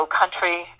country